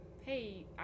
hey